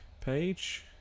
page